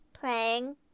Playing